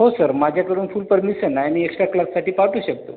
हो सर माझ्याकडून full permission आहे मी एक्स्ट्रा क्लाससाठी पाठवू शकतो